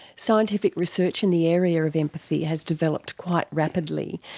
scientific research in the area of empathy has developed quite rapidly.